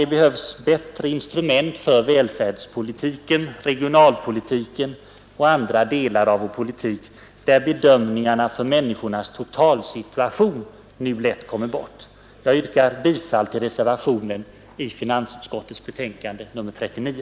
Det behövs bättre instrument för välfärdspolitiken, regionalpolitiken och andra delar av vår politik där bedömningarna av människornas totalsituation nu lätt kommer bort. Jag yrkar bifall till reservationen i finansutskottets betänkande nr 39.